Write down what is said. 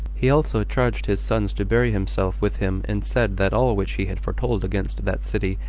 he also charged his sons to bury himself with him and said that all which he had foretold against that city,